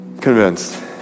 convinced